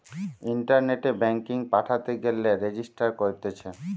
ইন্টারনেটে ব্যাঙ্কিং পাঠাতে গেলে রেজিস্টার করতিছে